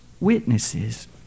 witnesses